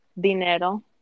Dinero